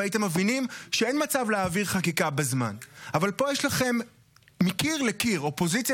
תקיפה ונחושה גם בזמן שהיא אופוזיציה